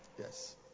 yes